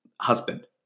husband